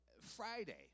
Friday